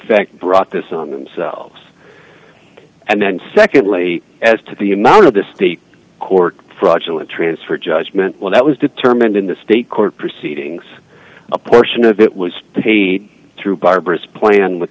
fact brought this on themselves and then secondly as to the amount of the state court fraudulent transfer judgment well that was determined in the state court proceedings a portion of it was paid through barbara's plan with